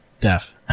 deaf